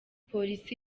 polisi